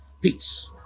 Peace